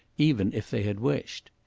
even if they had wished.